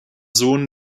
sohn